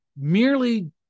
merely